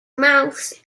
mouths